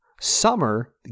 Summer